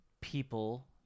people